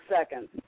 seconds